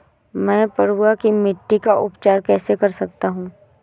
मैं पडुआ की मिट्टी का उपचार कैसे कर सकता हूँ?